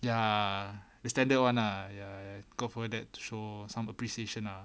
ya the standard one ah ya err cukup for that show some appreciation lah